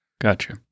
gotcha